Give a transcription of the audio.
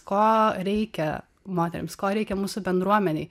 ko reikia moterims ko reikia mūsų bendruomenei